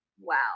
wow